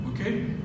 Okay